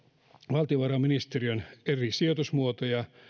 valtiovarainministeriön eri sijoitusmuotojen